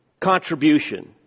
contribution